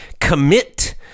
Commit